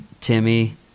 Timmy